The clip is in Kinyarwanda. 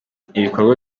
bikorwa